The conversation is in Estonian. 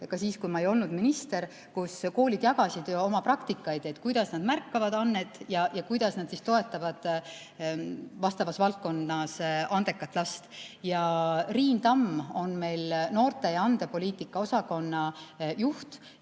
ka siis, kui ma ei olnud minister, kus koolid jagasid oma praktikaid, kuidas nad märkavad annet ja kuidas nad siis toetavad vastavas valdkonnas andekat last. Riin Tamm on meil noorte‑ ja andepoliitika osakonna juht,